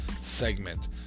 segment